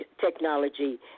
technology